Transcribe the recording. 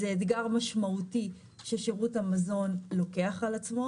זה אתגר משמעותי ששירות המזון לוקח על עצמו.